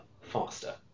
faster